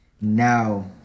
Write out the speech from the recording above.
now